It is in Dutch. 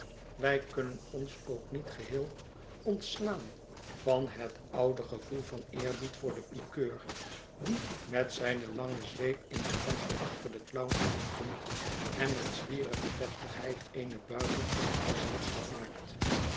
wij kunnen ons ook niet geheel ontslaan van het oude gevoel van eerbied voor den pikeur die met zijne lange zweep in de hand achter den clown aankomt en met zwierige deftigheid eene buiging voor het gezelschap maakt